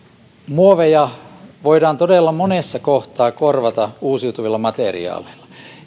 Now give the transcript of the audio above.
muoveja voidaan todella monessa kohtaa korvata uusiutuvilla materiaaleilla